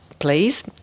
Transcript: please